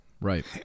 right